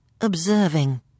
observing